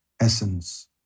essence